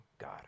god